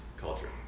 culture